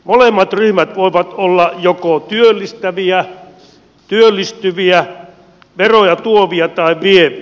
molemmat ryhmät voivat olla joko työllistäviä työllistyviä veroja tuovia tai vieviä